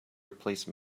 replace